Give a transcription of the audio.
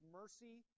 mercy